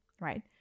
right